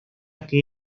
que